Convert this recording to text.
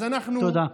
תודה.